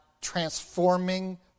transforming